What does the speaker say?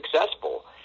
successful